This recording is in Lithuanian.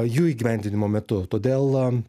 jų įgyvendinimo metu todėl